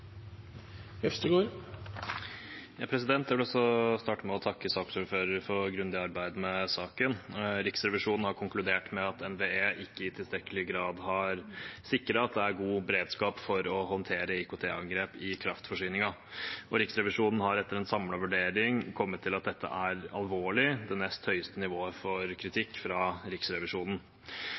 Jeg vil også starte med å takke saksordføreren for et grundig arbeid med saken. Riksrevisjonen har konkludert med at NVE ikke i tilstrekkelig grad har sikret at det er god beredskap for å håndtere IKT-angrep i kraftforsyningen, og Riksrevisjonen har etter en samlet vurdering kommet til at dette er alvorlig – det nest høyeste nivået for kritikk fra Riksrevisjonen.